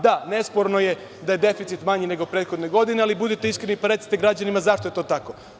Da, nesporno je da je deficit manji nego prethodne godine, ali budite iskreni pa recite građanima zašto je to tako?